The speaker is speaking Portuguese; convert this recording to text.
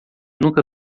nunca